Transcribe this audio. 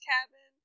Cabin